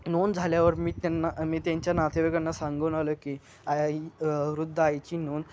नोंद झाल्यावर मी त्यांना मी त्यांच्या नातेवाईकांना सांगून आलो की आई वृद्ध आईची नोंद